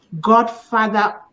godfather